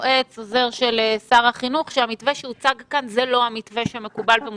בוועדות הכנסת ובקבינט שסגר זה לא אסטרטגיה,